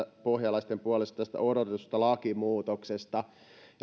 pohjalaisten puolesta tästä odotetusta lakimuutoksesta